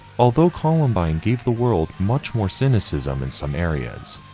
although columbine gave the world much more cynicism in some areas,